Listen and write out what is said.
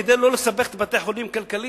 כדי שלא לסבך את בתי-החולים כלכלית,